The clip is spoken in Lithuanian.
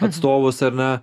atstovus ar ne